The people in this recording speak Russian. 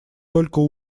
только